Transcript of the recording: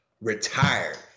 Retired